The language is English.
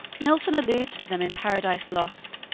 milton alludes to them in paradise lost.